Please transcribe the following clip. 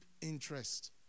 interest